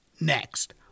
Next